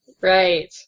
Right